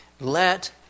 Let